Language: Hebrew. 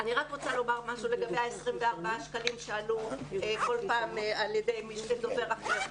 אני רק רוצה לומר משהו לגבי 24 השקלים שעלו בכל פעם על ידי דובר אחר.